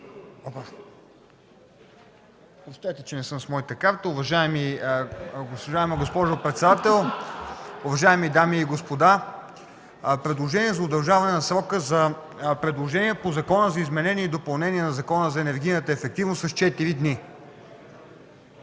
Димитров. МАРТИН ДИМИТРОВ (СК): Уважаема госпожо председател, уважаеми дами и господа! Правя предложение за удължаване на срока за предложения по Закона за изменение и допълнение на Закона за енергийната ефективност с 4 дни.